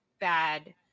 bad